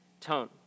tone